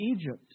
Egypt